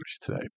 today